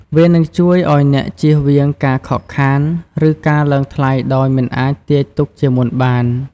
វានឹងជួយឲ្យអ្នកជៀសវាងការខកខាន ឬការឡើងថ្លៃដោយមិនអាចទាយទុកជាមុនបាន។